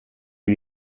sie